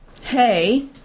Hey